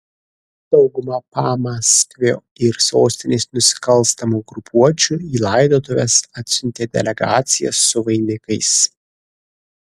dauguma pamaskvio ir sostinės nusikalstamų grupuočių į laidotuves atsiuntė delegacijas su vainikais